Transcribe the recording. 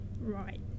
Right